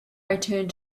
returned